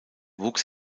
wuchs